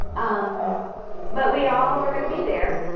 um but we all are gonna be there.